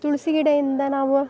ತುಳಸಿ ಗಿಡದಿಂದ ನಾವು